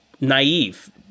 naive